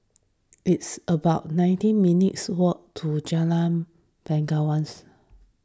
it's about nineteen minutes' walk to Jalan Bangsawan